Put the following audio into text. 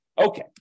Okay